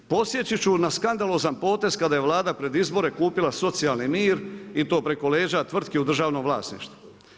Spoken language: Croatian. Podsjetit ću na skandalozan potez kada je Vlada pred izbore kupila socijalni mir i to preko leđa tvrtki u državnom vlasništvu.